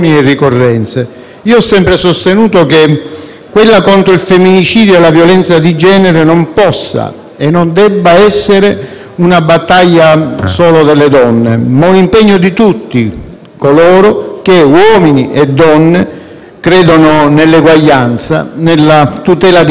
quella contro il femminicidio e la violenza di genere non possa e non debba essere una battaglia solo delle donne, ma un impegno di tutti coloro - uomini e donne - che credono nell'uguaglianza, nella tutela dei diritti della persona, nella democrazia.